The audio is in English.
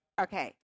Okay